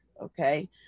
Okay